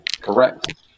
correct